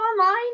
online